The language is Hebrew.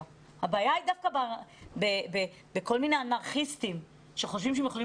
הבעיה היא דווקא בכל מיני אנרכיסטים שחושבים שהם יכולים